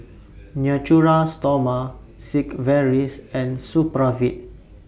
Natura Stoma Sigvaris and Supravit